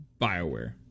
Bioware